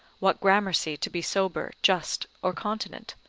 what gramercy to be sober, just, or continent?